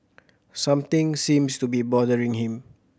something seems to be bothering him